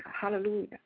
hallelujah